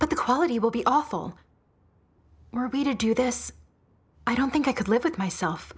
but the quality will be awful were we to do this i don't think i could live with myself